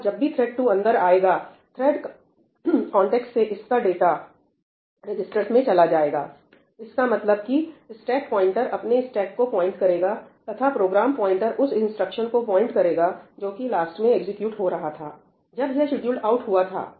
अब जब भी थ्रेड 2 अंदर आएगा थ्रेड कॉन्टेक्स्ट से इसका डाटा रजिस्टर्स में चला जाएगा इसका मतलब है कि स्टैक प्वाइंटर अपने स्टैक को पॉइंट करेगा तथा प्रोग्राम प्वाइंटर उस इंस्ट्रक्शन को पॉइंट करेगा जो कि लास्ट में एग्जीक्यूट हो रहा था जब यह शेड्यूल्ड आउट हुआ था